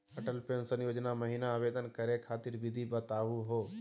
Atal pension Yojana महिना आवेदन करै खातिर विधि बताहु हो?